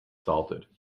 salted